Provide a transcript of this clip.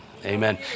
Amen